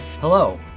Hello